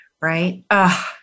right